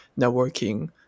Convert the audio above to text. networking